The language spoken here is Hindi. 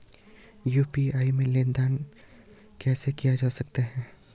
यु.पी.आई से लेनदेन कैसे किया जा सकता है?